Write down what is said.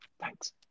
thanks